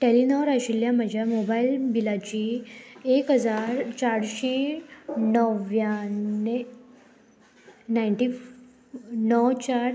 Telenor आशिल्ल्या म्हज्या mobile बिलाची एक हजार चारशीं णव्याणे नायन्टी णव चार